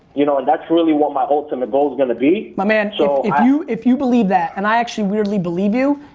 you know, and that's really what my ultimate goal is going to be. my man, so if you believe that, and i actually weirdly believe you,